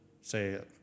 Say